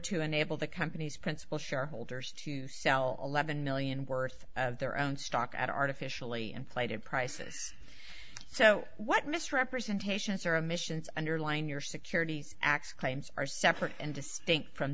to enable the company's principal shareholders to sell eleven million worth of their own stock at artificially inflated prices so what misrepresentations or emissions underline your securities acts claims are separate and distinct from